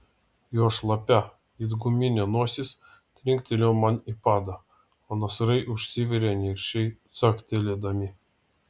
jo šlapia it guminė nosis trinktelėjo man į padą o nasrai užsivėrė niršiai caktelėdami